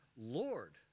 Lord